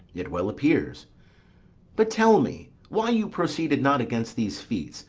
it well appears but tell me why you proceeded not against these feats,